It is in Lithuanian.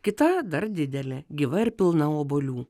kita dar didelė gyva ir pilna obuolių